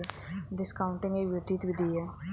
discounting एक वित्तीय विधि है